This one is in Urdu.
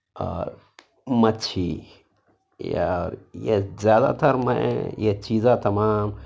اور مچھی یا یہ زیادہ تر میں یہ چیزیں تمام